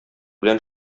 белән